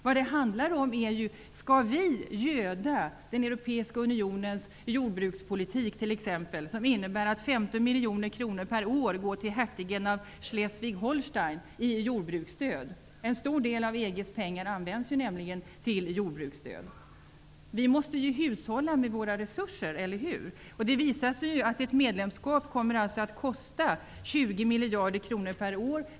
Vad det handlar om är om vi skall göda t.ex. den europeiska unionens jordbrukspolitik, som innebär att 15 miljoner kronor per år i jordbruksstöd går till hertigen av Schleswig-Holstein. En stor del av EG:s pengar används nämligen till jordbruksstöd. Vi måste hushålla med våra resurser, eller hur? Det visar sig att ett medlemskap kommer att kosta 20 miljarder kronor per år.